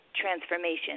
transformation